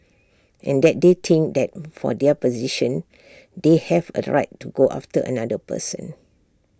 and that they think that for their position they have A right to go after another person